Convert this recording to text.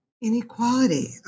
inequality